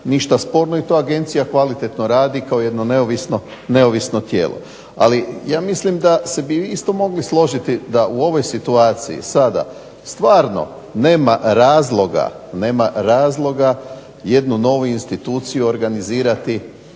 ništa sporno i to Agencija kvalitetno radi kao jedno neovisno tijelo. Ali ja mislim da bi se vi isto mogli složiti da u ovoj situaciji sada stvarno nema razloga jednu novu instituciju organizirati,